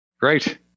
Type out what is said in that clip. Great